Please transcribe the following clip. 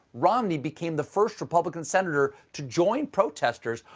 romney became the first republican senator to join protesters,